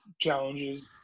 challenges